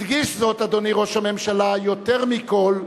הדגיש זאת, אדוני ראש הממשלה, יותר מכול,